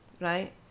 right